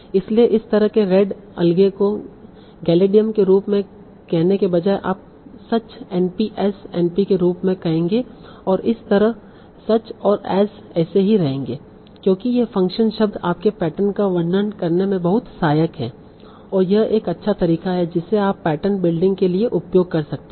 इसलिए इस तरह के रेड अलगे को गेलिडियम के रूप में कहने के बजाय आप such NP as NP के रूप में कहेंगे और इस तरह such और as ऐसे ही रहेंगे क्योंकि ये फ़ंक्शन शब्द आपके पैटर्न का वर्णन करने में बहुत सहायक हैं और यह एक अच्छा तरीका है जिसे आप पैटर्न बिल्डिंग के लिए उपयोग कर सकते हैं